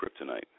kryptonite